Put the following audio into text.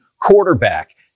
quarterback